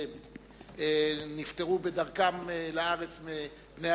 נפטרו בדרכם לארץ.